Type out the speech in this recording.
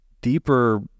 deeper